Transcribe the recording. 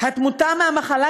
התמותה מהמחלה.